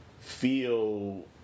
feel